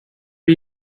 are